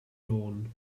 lawn